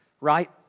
right